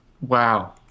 wow